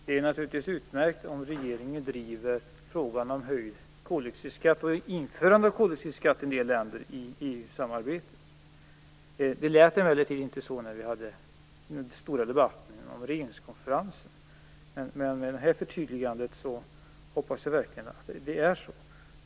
Fru talman! Det är naturligtvis utmärkt om regeringen driver frågorna om höjd koldioxidskatt och om införandet av koldioxidskatt i en del länder i EU samarbetet. Det lät emellertid inte så då vi hade den stora debatten om regeringskonferensen, men i och med det här förtydligandet hoppas jag att det verkligen är så.